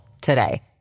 today